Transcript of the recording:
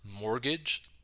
mortgage